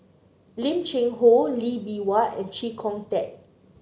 Lim Cheng Hoe Lee Bee Wah and Chee Kong Tet